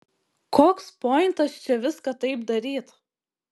koks pointas čia viską taip daryt